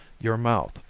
your mouth,